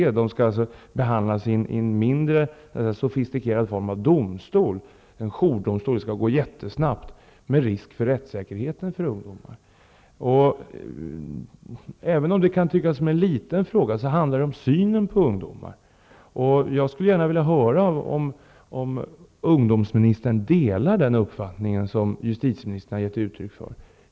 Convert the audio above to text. För ungdomarna skall det dessutom finnas en mindre sofistikerad form av domstol, en jourdomstol, för att behandlingen av ett ärende skall gå mycket snabbt. Detta innebär en risk med tanke på ungdomarnas rättssäkerhet. Frågan kan tyckas obetydlig. Men trots allt handlar det om hur man ser på ungdomarna. Jag skulle vilja veta om ungdomsministern delar den uppfattning som justitieministern har gett uttryck för.